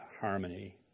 harmony